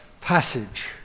passage